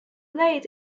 late